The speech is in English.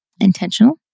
Intentional